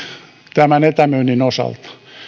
tämän etämyynnin osalta